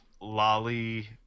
lolly